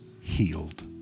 healed